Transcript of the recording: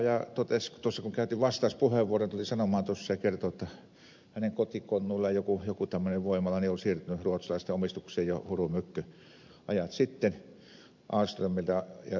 korkeaoja tuossa kun käytin vastauspuheenvuoron tuli sanomaan ja kertomaan että hänen kotikonnuillaan joku tämmöinen voimala on siirtynyt ruotsalaisten omistukseen jo hurumykke ajat sitten ahlströmiltä